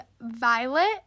violet